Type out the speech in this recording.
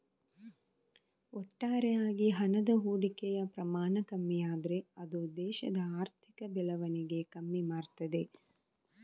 ಒಟ್ಟಾರೆ ಆಗಿ ಹಣದ ಹೂಡಿಕೆಯ ಪ್ರಮಾಣ ಕಮ್ಮಿ ಆದ್ರೆ ಅದು ದೇಶದ ಆರ್ಥಿಕ ಬೆಳವಣಿಗೆ ಕಮ್ಮಿ ಮಾಡ್ತದೆ